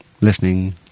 listening